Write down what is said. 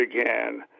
again